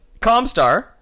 Comstar